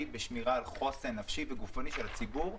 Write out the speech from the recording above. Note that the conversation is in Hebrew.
בשמירה על חוסן נפשי וגופני של הציבור,